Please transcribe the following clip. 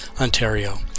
Ontario